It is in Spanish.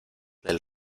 del